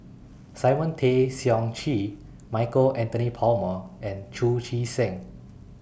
Simon Tay Seong Chee Michael Anthony Palmer and Chu Chee Seng